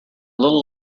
little